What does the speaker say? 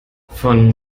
von